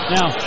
Now